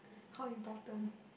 how important